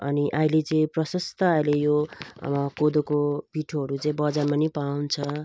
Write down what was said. अनि अहिले चाहिँ प्रशस्त अहिले यो कोदोको पिठोहरू चाहिँ बजारमा नि पाउँछ